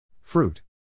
Fruit